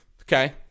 Okay